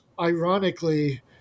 ironically